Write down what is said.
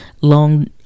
long